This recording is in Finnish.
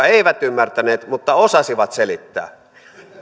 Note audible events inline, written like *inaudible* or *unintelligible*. *unintelligible* eivät ymmärtäneet mutta osasivat selittää